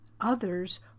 others